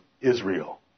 Israel